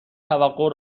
توقع